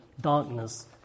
darkness